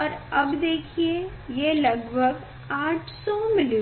और अब देखिए ये है लगभग 800mV